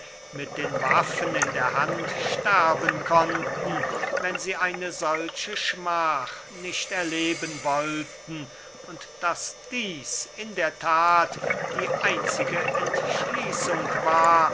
mit den waffen in der hand sterben konnten wenn sie eine solche schmach nicht erleben wollten und daß dieß in der that die einzige entschließung war